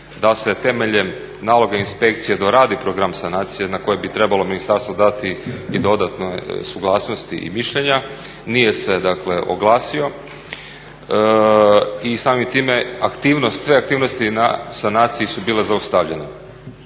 da se temeljem naloga inspekcije doradi program sanacije na koje bi trebalo ministarstvo dati i dodatnu suglasnost i mišljenje, nije se oglasio i samim time sve aktivnosti sanacije su bile zaustavljene.